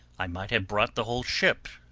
i might have brought the whole ship,